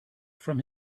from